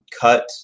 cut